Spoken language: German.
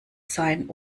sein